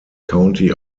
county